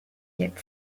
yet